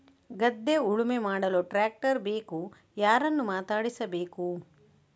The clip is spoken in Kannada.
ಗದ್ಧೆ ಉಳುಮೆ ಮಾಡಲು ಟ್ರ್ಯಾಕ್ಟರ್ ಬೇಕು ಯಾರನ್ನು ಮಾತಾಡಿಸಬೇಕು?